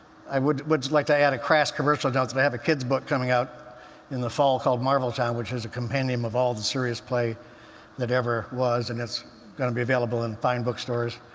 i would would just like to add a crass commercial and but i have a kids' book coming out in the fall called marvel sandwiches, a compendium of all the serious play that ever was, and it's going to be available in fine bookstores,